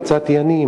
יצאתי אני,